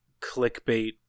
clickbait